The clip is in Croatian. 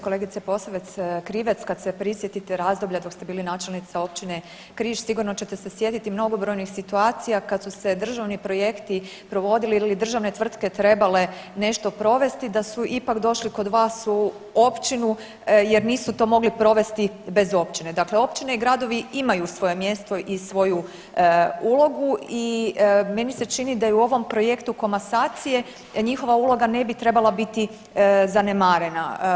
Kolegice Posavec Krivec kad se prisjetite razdoblja dok ste bili načelnica Općine Križ sigurno ćete se sjetiti mnogobrojnih situacija kad su se državni projekti provodili ili državne tvrtke trebale nešto provesti da su ipak došli kod vas u općinu jer nisu to mogli provesti bez općine, dakle općine i gradovi imaju svoje mjesto i svoju ulogu i meni se čini da i u ovom projektu komasacije njihova uloga ne bi trebala biti zanemarena.